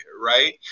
right